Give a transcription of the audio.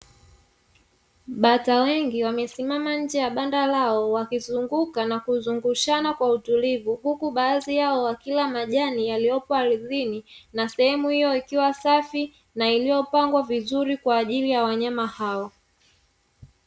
Bata wengi wamesimama nje ya banda lao wakizunguka na kuzungushana kwa utulivu, huku baadhi yao wakila majani yaliyopo ardhini, na sehemu hiyo ikiwa safi na iliyopangwa vizuri kwa ajili ya wanyama hao.